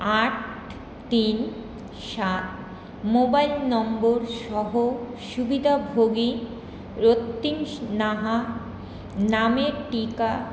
আট তিন সাত মোবাইল নম্বর সহ সুবিধাভোগী রক্তিম নাহা নামের টিকা